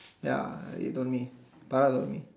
ya you told me Farah told me